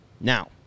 now